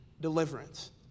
deliverance